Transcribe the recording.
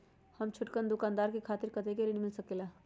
हम छोटकन दुकानदार के खातीर कतेक ऋण मिल सकेला?